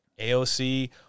AOC-